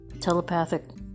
telepathic